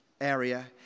area